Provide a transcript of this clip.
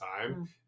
time